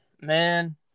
man